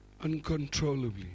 uncontrollably